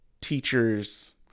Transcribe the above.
teachers